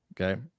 okay